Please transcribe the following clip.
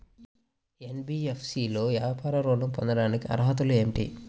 NBFC లో వ్యాపార ఋణం పొందటానికి అర్హతలు ఏమిటీ?